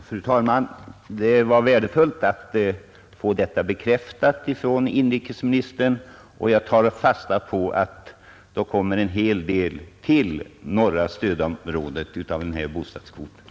Fru talman! Det var värdefullt att få detta bekräftat av inrikesministern. Jag tar fasta på att en hel del av denna bostadskvot då går till norra stödområdet.